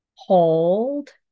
Hold